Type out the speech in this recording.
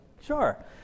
sure